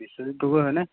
বিশ্বজিত গগৈ হয়নে